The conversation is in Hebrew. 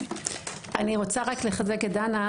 אני רוצה רק לחזק את דנה.